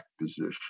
position